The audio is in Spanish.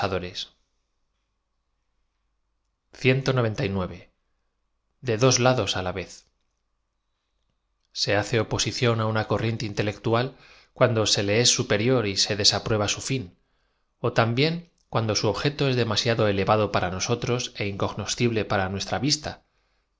e dos lados á la vez se hace oposición á una corriente intelectual cuaado se le es superior y se desaprueba su ñn ó también cuacdo bu objeto os demasiado elevado para nosotros é incognoscible para nuestra vista